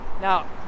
Now